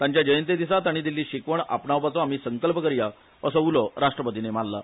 तांच्या जयंतेदिसा ताणी दिल्ली शिकवण आमी आपणावपाचो आमी संकल्प करया असो उलो राष्ट्रपतींनी माल्लो